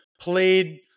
played